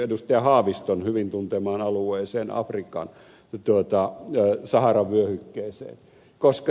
haaviston hyvin tuntemaan alueeseen afrikkaan saharan vyöhykkeeseen